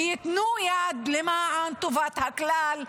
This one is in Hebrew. ויתנו יד למען טובת הכלל,